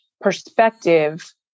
perspective